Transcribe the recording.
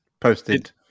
posted